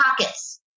pockets